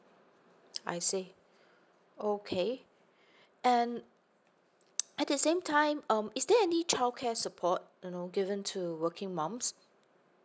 I see okay um at the same time um is there any childcare support you know given to working moms